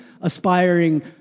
aspiring